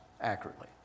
accurately